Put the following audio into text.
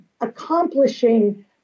accomplishing